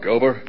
Over